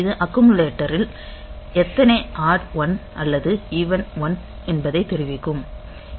இது அக்குமுலேட்டரில் எத்தனை ஆட் 1 அல்லது ஈவன் 1 என்பதைத் தெரிவிக்கும்